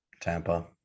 tampa